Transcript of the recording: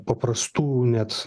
paprastų net